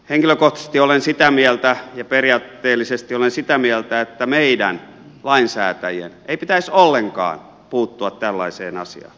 henkilökohtaisesti olen sitä mieltä ja periaatteellisesti olen sitä mieltä että meidän lainsäätäjien ei pitäisi ollenkaan puuttua tällaiseen asiaan